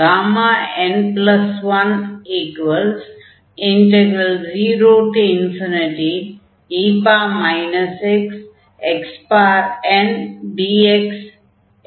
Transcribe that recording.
n10e xxndx என்பது gamma function